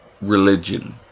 religion